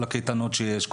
כל הקייטנות שיש,